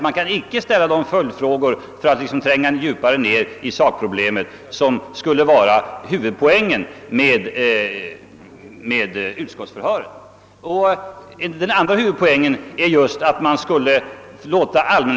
Man kan icke ställa följdfrågor för att tränga djupare in i sakproblemet, vilket skulle vara huvudpoängen i ett utskottsförhör.